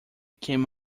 came